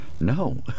No